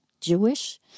Jewish